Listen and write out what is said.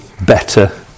better